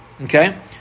Okay